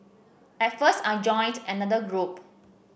at first I joined another group